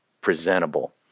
presentable